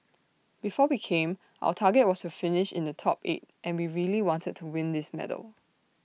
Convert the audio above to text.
before we came our target was to finish in the top eight and we really wanted to win this medal